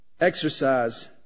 exercise